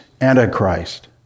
Antichrist